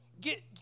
get